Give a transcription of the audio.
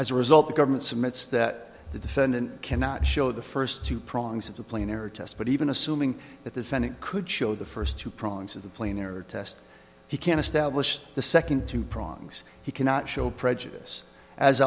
as a result the government's admits that the defendant cannot show the first two prongs of the plane or test but even assuming that the senate could show the first two prongs of the plane or a test he can establish the second two prongs he cannot show prejudice as